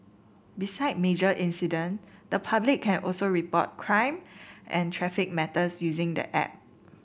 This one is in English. beside major incident the public can also report crime and traffic matters using the app